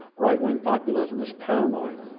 right-wing populism is paranoia,